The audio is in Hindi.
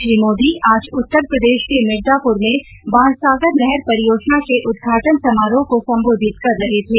श्री मोदी आज उत्तर प्रदेश के मिर्जापुर में बाणसागर नहर परियोजना के उद्घाटन समारोह को संबोधित कर रहे थे